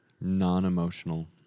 Non-emotional